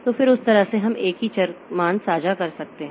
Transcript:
तो फिर उस तरह से हम एक ही चर मान साझा कर सकते हैं